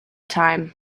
time